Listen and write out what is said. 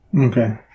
Okay